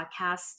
podcast